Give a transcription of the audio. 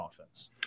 offense